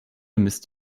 müsst